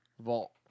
Vault